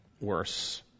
worse